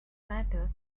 matter